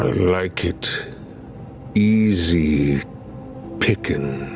like it easy pickings.